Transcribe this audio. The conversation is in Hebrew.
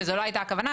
שזו לא הייתה הכוונה,